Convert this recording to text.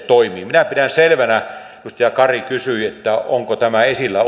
toimii minä pidän selvänä edustaja kari kysyi onko tämä esillä